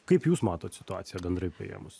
kaip jūs matot situaciją bendrai paėmus